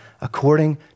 according